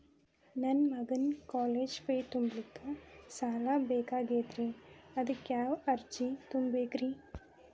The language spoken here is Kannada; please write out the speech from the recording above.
ನನ್ನ ಮಗನ ಕಾಲೇಜು ಫೇ ತುಂಬಲಿಕ್ಕೆ ಸಾಲ ಬೇಕಾಗೆದ್ರಿ ಅದಕ್ಯಾವ ಅರ್ಜಿ ತುಂಬೇಕ್ರಿ?